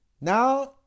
Now